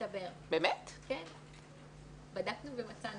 מסתבר, בדקנו ומצאנו.